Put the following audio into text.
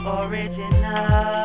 original